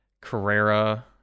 Carrera